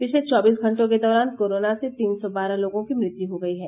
पिछले चौबीस घंटों के दौरान कोरोना से तीन सौ बारह लोगों की मृत्यु हो गई है